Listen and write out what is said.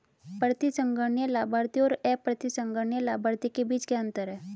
प्रतिसंहरणीय लाभार्थी और अप्रतिसंहरणीय लाभार्थी के बीच क्या अंतर है?